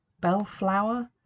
bellflower